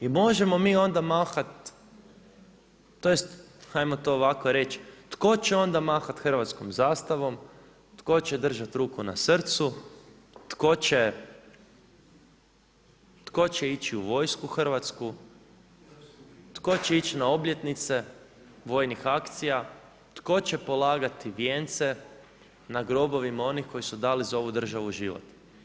I možemo mi onda mahat tj. hajmo to ovako reći tko će onda mahat hrvatskom zastavom, tko će držat ruku na srcu, tko će ići u vojsku hrvatsku, tko će ići na obljetnice vojnih akcija, tko će polagati vijence na grobovima onih koji su dali za ovu državu život.